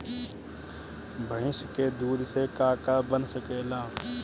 भइस के दूध से का का बन सकेला?